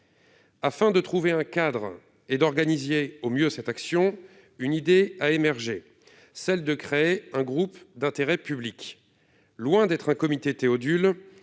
Pour établir un cadre et organiser au mieux cette action, l'idée a émergé de créer un groupe d'intérêt public. Loin d'être un comité Théodule,